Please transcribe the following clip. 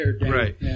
right